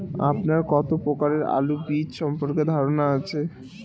আপনার কত প্রকারের আলু বীজ সম্পর্কে ধারনা আছে?